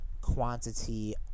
quantity